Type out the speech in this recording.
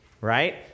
Right